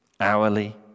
hourly